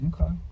Okay